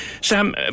Sam